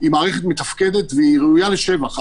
היא מערכת מתפקדת והיא ראויה לשבח,